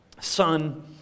Son